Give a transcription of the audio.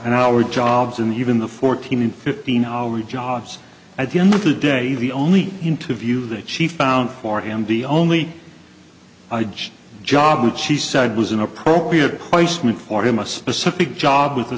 an hour jobs and even the fourteen and fifteen hour jobs at the end of the day the only interview that she found for him the only job which she said was an appropriate place to meet for him a specific job with